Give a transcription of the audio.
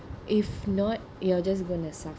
if not you're just going to suffer